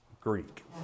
Greek